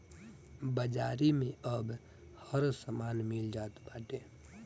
बाजारी में अब हर समान मिल जात बाटे